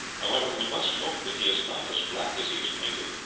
however, we must hope that he is not as black as he is painted.